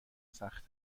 سخت